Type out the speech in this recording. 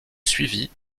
suivi